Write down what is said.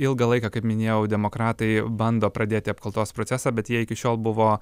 ilgą laiką kaip minėjau demokratai bando pradėti apkaltos procesą bet jie iki šiol buvo